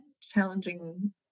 challenging